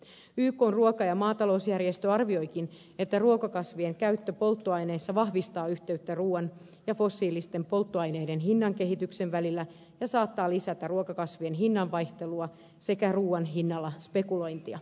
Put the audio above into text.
ykn ruoka ja maatalousjärjestö arvioikin että ruokakasvien käyttö polttoaineissa vahvistaa yhteyttä ruuan ja fossiilisten polttoaineiden hinnan kehityksen välillä ja saattaa lisätä ruokakasvien hinnan vaihtelua sekä ruuan hinnalla spekulointia